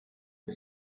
wir